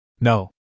No